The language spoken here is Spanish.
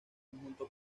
conjunto